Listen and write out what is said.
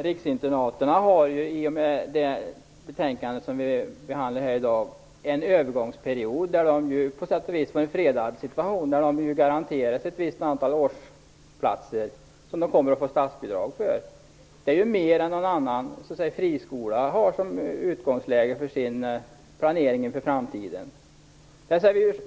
Fru talman! I och med det betänkande som vi behandlar här i dag får ju riksinternaten en övergångsperiod som på sätt och vis innebär en fredad situation där de garanteras statsbidrag för ett visst antal årsplatser. Det är ju mer än vad någon annan friskola har som utgångsläge för sin planering inför framtiden.